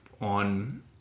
on